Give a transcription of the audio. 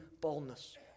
boldness